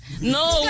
No